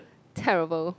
terrible